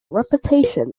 repetition